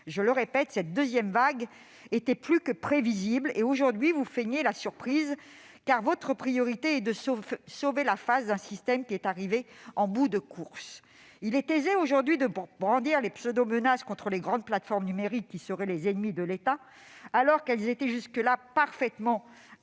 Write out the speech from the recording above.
à organiser ! Cette deuxième vague était plus que prévisible, mais vous feignez aujourd'hui la surprise, car votre priorité est de sauver la face d'un système qui est arrivé en bout de course. Il est aisé de brandir les pseudo-menaces contre les grandes plateformes numériques qui seraient les ennemies de l'État, alors qu'elles étaient jusque-là parfaitement imbriquées-